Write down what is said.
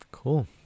Cool